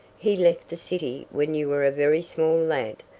he left the city when you were a very small lad,